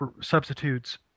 substitutes